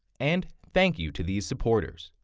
and thank you to these supporters.